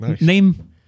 Name